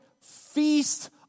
feast